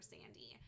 Sandy